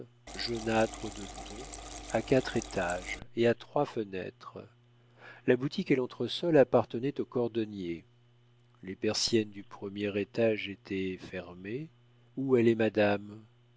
jaunâtre de ton à quatre étages et à trois fenêtres la boutique et l'entresol appartenaient au cordonnier les persiennes du premier étage étaient fermées où allait madame